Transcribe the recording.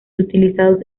utilizados